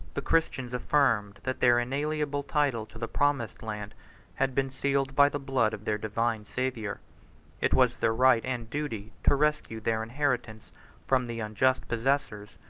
the christians affirmed that their inalienable title to the promised land had been sealed by the blood of their divine savior it was their right and duty to rescue their inheritance from the unjust possessors,